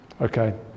okay